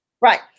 Right